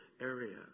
area